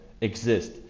exist